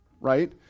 right